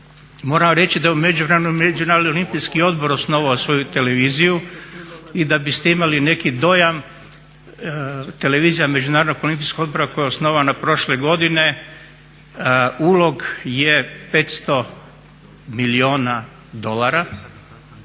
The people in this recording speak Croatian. međuvremenu Međunarodni olimpijski odbor osnovao svoju televiziju. I da biste imali neki dojam televizija Međunarodnog olimpijskog odbora koja je osnovana prošle godine ulog je 500 milijuna dolara